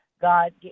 God